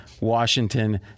Washington